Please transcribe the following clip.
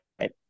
right